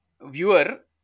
Viewer